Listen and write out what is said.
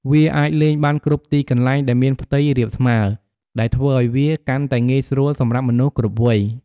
វាអាចលេងបានគ្រប់ទីកន្លែងដែលមានផ្ទៃរាបស្មើ ដែលធ្វើឱ្យវាកាន់តែងាយស្រួលសម្រាប់មនុស្សគ្រប់វ័យ។